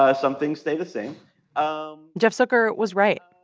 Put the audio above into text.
ah some things stay the same um jeff zucker was right.